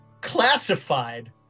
Classified